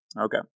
Okay